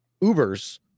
Uber's